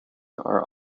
are